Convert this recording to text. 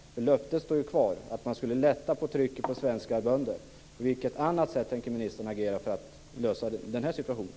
Löftet står ju kvar om att man skulle lätta på trycket för svenska bönder. På vilket annat sätt tänker ministern agera för att lösa den här situationen?